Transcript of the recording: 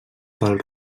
pel